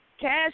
Cash